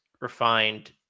refined